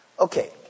Okay